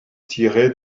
tiraient